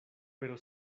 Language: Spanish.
pero